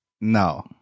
No